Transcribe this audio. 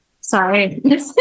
Sorry